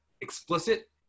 explicit